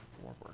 forward